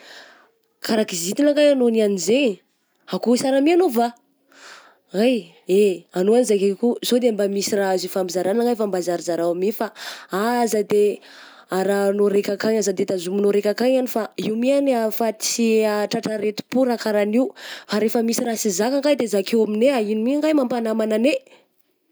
Karaha kizitigna anga anao niany zay eh, ao koa sara my anao va? Hay, eh anao zakay koa so de mba misy raha azo hifampizaragna lahy fa mba zarazarao my fa aza de arahanao raika akany, aza de tazominao raika akany any fa, io my any raha hahafaty sy ahatratra areti-po raha karaha an'io, fa rehefa misy raha sy zaka anga de zakay aminay ah, ino my nga mampa namagna anay?